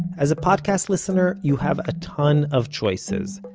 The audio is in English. as a podcast listener, you have a ton of choices.